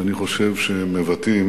שאני חושב שהם מבטאים